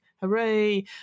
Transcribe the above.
hooray